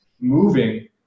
moving